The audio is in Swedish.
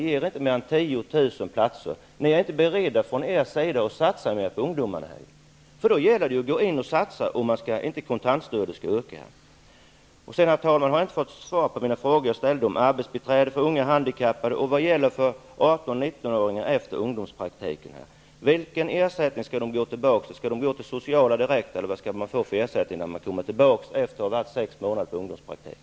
Ni är inte beredda att satsa på ungdomarna. Det gäller ju att gå in och satsa om inte kontantstödet skall öka. Herr talman! Jag har inte fått svar på mina frågor om arbetsbiträde för unga handikappade och vad som händer med 18--19-åringarna efter ungdomspraktiken. Vilken ersättning skall dessa ungdomar gå tillbaka till? Skall de gå direkt till det sociala eller vilken ersättning skall de få efter sex månaders ungdomspraktik?